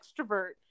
extrovert